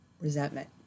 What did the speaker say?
resentment